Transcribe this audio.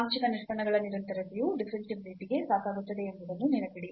ಆಂಶಿಕ ನಿಷ್ಪನ್ನಗಳ ನಿರಂತರತೆಯು ಡಿಫರೆನ್ಷಿಯಾಬಿಲಿಟಿ ಗೆ ಸಾಕಾಗುತ್ತದೆ ಎಂಬುದನ್ನು ನೆನಪಿಡಿ